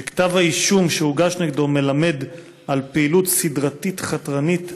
שכתב האישום שהוגש נגדו מלמד על פעילות סדרתית חתרנית,